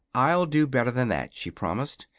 i'll do better than that, she promised,